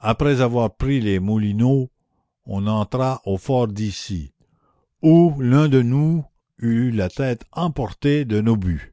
après avoir pris les moulineaux on entra au fort d'issy où l'un de nous eut la tête emportée d'un obus